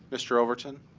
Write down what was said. mr. overton?